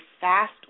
fast